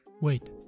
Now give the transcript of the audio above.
Wait